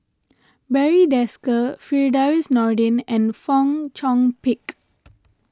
Barry Desker Firdaus Nordin and Fong Chong Pik